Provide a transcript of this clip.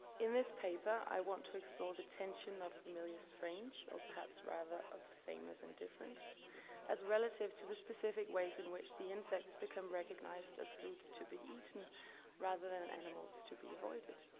in this paper, i want to explore the tension of familiar strange or perhaps rather of sameness and difference as relative to the specific ways in which the insects become recognized as foods to be eaten rather than animals to be avoided.